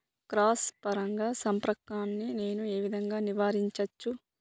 Cross పరాగ సంపర్కాన్ని నేను ఏ విధంగా నివారించచ్చు?